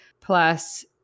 plus